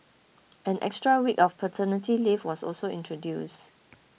an extra week of paternity leave was also introduced